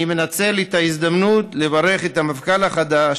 אני מנצל את ההזדמנות לברך את המפכ"ל החדש